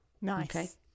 Nice